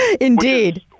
Indeed